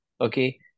okay